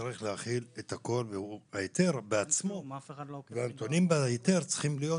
צריך להכיל את הכול והנתונים בהיתר צריכים להיות